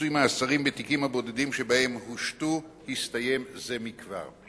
וריצוי מאסרים בתיקים הבודדים שבהם הושתו הסתיים זה מכבר.